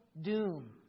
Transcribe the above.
doom